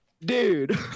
dude